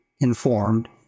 informed